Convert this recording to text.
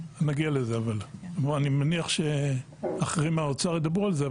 נגיע לזה, אני מניח שאחרים מהאוצר ידברו על זה.